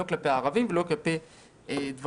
לא כלפי הערבים ולא כלפי אחרים.